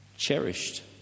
cherished